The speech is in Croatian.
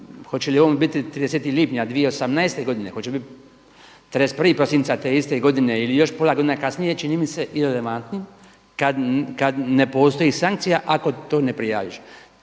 hoće li on biti 30. lipnja 2018. godine, hoće biti 31. prosinca te iste godine ili još pola godine kasnije, čini mi se irelevantnim kada ne postoji sankcija ako to ne prijaviš.